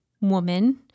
woman